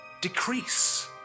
decrease